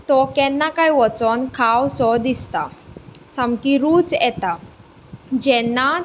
तो केन्ना काय वचून खावं सो दिसता सामकी रूच येता जेन्ना